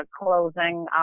closing